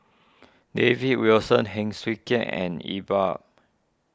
David Wilson Heng Swee Keat and Iqbal